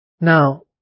Now